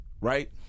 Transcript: right